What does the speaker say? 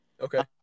Okay